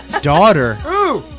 daughter